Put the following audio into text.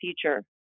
future